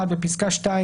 בפסקה (2),